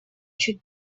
чуть